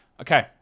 okay